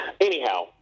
Anyhow